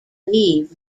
leave